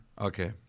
Okay